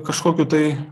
kažkokių tai